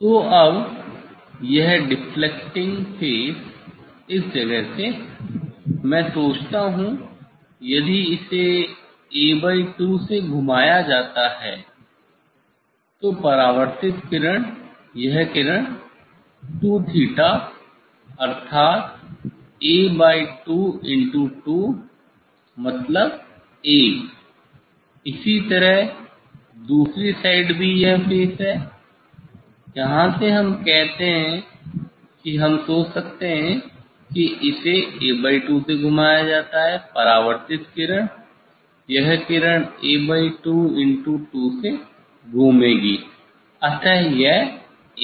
तो अब यह डेफ्लेक्टिंग फेस इस जगह से है मैं सोचता हूँ यदि इसे A2से घुमाया जाता है तो परावर्तित किरण यह किरण 2𝜭 अर्थात A2×2 मतलब 'A' है इसी तरह दूसरी साइड भी यह फेस है यहाँ से हम कहते हैं कि हम सोच सकते हैं कि इसे A2से घुमाया जाता है परावर्तित किरण यह किरण A2×2 से घूमेगी अतः यह 'A' है